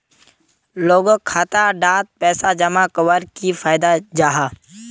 लोगोक खाता डात पैसा जमा कवर की फायदा जाहा?